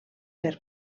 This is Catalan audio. per